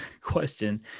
question